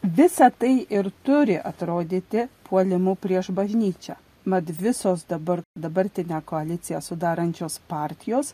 visa tai ir turi atrodyti puolimu prieš bažnyčią mat visos dabar dabartinę koaliciją sudarančios partijos